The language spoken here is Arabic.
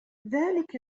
ذلك